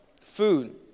food